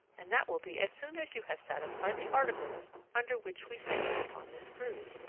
and that will be as soon as you have satisfied the articles under which we sailed upon this cruise.